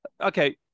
Okay